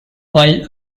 while